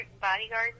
bodyguard